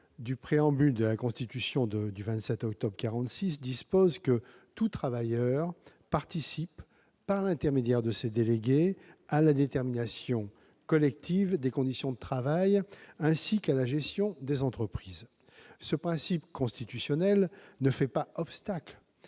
du Préambule de la Constitution du 27 octobre 1946 dispose que « tout travailleur participe, par l'intermédiaire de ses délégués, à la détermination collective des conditions de travail ainsi qu'à la gestion des entreprises ». Ce principe constitutionnel ne fait pas obstacle